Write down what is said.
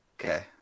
Okay